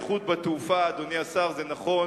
אדוני השר, זה נכון